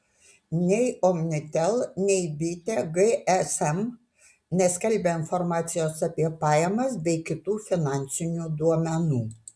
nei omnitel nei bitė gsm neskelbia informacijos apie pajamas bei kitų finansinių duomenų